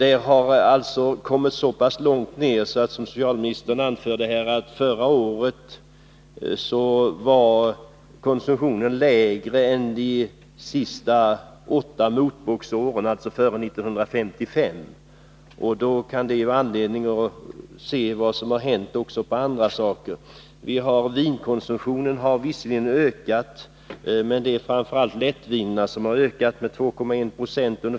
I sitt anförande konstaterade socialministern att konsumtionen förra året t.o.m. var lägre än den var under de sista åtta motboksåren, dvs. före 1955, Hur ser det då ut i övrigt? Vinkonsumtionen har visserligen ökat, framför allt lättvinerna, som förra året ökade med 2,1 20.